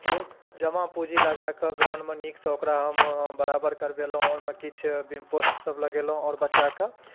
जमा पूँजी लगायक ग्राउण्डमे नीकसँ ओकरा हम बराबर करबेलहुँ ओहिमे किछु बिम पोस्ट सभ लगेलहुँ आओर बच्चाके